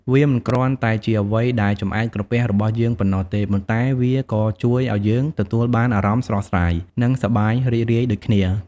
វាមិនគ្រាន់តែជាអ្វីដែលចម្អែតក្រពះរបស់យើងប៉ុណ្ណោះទេ ប៉ុន្តែវាក៏ជួយឲ្យយើងទទួលបានអារម្មណ៍ស្រស់ស្រាយ និងសប្បាយរីករាយដូចគ្នា។